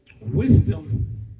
wisdom